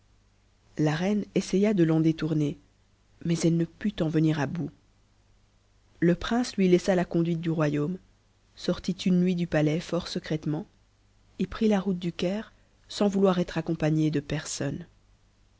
la reine essaya de l'en détourner mais elle ne put en venir à bout le prince lui laissa la conduite du royaume sortit une nuit du palais fort secrètement et prit la route du caire sans vouloir être accompagné de personne